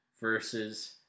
versus